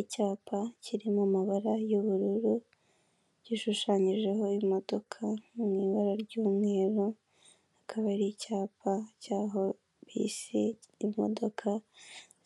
Icyapa kiri mu mabara y'ubururu, gishushanyijeho imodoka mu ibara ry'umweru, akaba ari icyapa cy'aho bisi imodoka